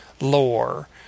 lore